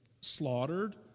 slaughtered